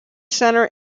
centre